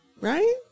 right